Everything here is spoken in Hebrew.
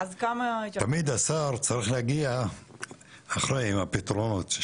תמיד השר צריך להגיע אחרי, עם הפתרונות.